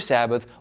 Sabbath